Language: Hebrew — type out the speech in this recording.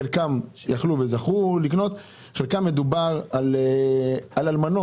חלקם יכלו וזכו לקנות ובחלקם מדובר על אלמנות.